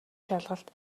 шалгалт